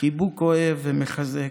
חיבוק אוהב ומחזק.